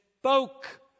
spoke